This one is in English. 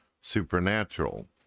supernatural